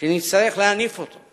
שנצטרך להניף אותו,